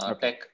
tech